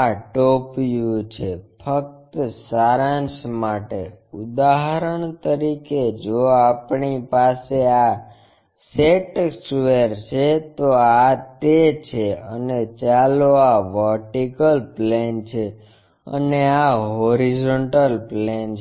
આં top view છે ફક્ત સારાંશ માટે ઉદાહરણ તરીકે જો આપણી પાસે આ સેટ સ્ક્વેર છે તો આ તે છે અને ચાલો આ વર્ટિકલ પ્લેન છે અને આ હોરીઝોન્ટલ પ્લેન છે